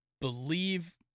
believe